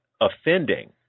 offending